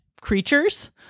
creatures